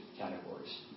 categories